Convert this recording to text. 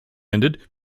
ended